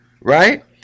right